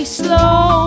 slow